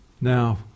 Now